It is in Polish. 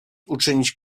uczynić